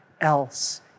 else